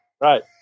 Right